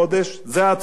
זו ההצהרה שלו.